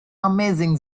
amazing